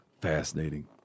Fascinating